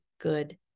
good